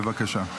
בבקשה.